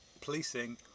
policing